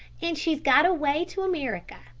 and she's got away to america.